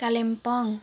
Kalimpong